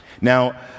Now